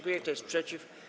Kto jest przeciw?